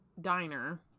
Diner